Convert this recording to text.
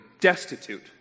destitute